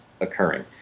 occurring